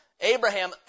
Abraham